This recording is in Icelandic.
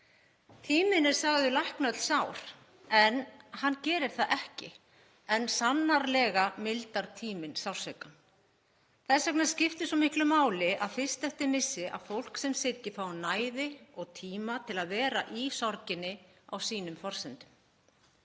Tíminn er sagður lækna öll sár. En hann gerir það ekki en sannarlega mildar tíminn sársaukann. Þess vegna skiptir svo miklu máli fyrst eftir missi að fólk sem syrgir fái næði og tíma til að vera í sorginni á sínum forsendum.